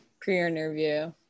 pre-interview